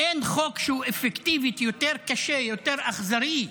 אין חוק שהוא אפקטיבית יותר קשה, יותר אכזרי,